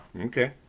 Okay